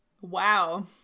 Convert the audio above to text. Wow